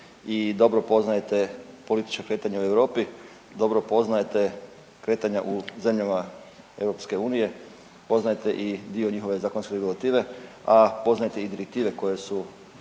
dobro poznajete političko kretanje u Europi, dobro poznajete kretanja u zemljama EU, poznajete i dio njihove zakonske regulative a poznajete i direktive koje su